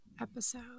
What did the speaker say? episode